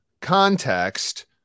context